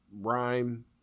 rhyme